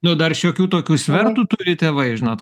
nu dar šiokių tokių svertų turi tėvai žinot